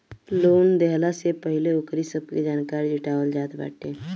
loan देहला से पहिले ओकरी सब जानकारी के जुटावल जात बाटे